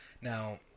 now